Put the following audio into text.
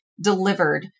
delivered